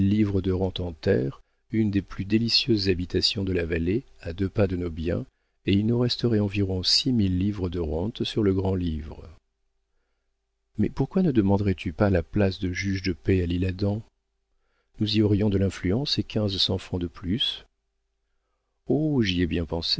livres de rente en terres une des plus délicieuses habitations de la vallée à deux pas de nos biens et il nous resterait environ six mille livres de rente sur le grand-livre mais pourquoi ne demanderais tu pas la place de juge de paix à l'isle-adam nous y aurions de l'influence et quinze cents francs de plus oh j'y ai bien pensé